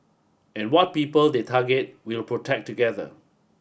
and what people they target we'll protect together